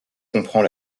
comprend